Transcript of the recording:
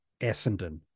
Essendon